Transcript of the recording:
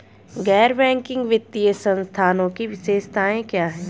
गैर बैंकिंग वित्तीय संस्थानों की विशेषताएं क्या हैं?